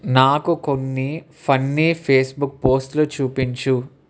నాకు కొన్ని funny Facebook పోస్ట్లు చూపించు